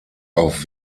auf